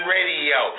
Radio